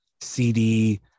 CD